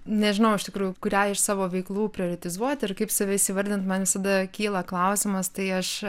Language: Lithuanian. nežinau iš tikrųjų kurią iš savo veiklų prioritetizuoti ir kaip save įvardint man visada kyla klausimas tai aš